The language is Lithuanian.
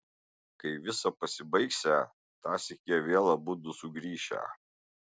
kai visa pasibaigsią tąsyk jie vėl abudu sugrįšią